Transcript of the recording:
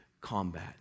combat